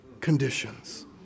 conditions